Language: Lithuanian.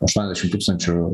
aštuoniasdešim tūkstančių